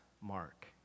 Mark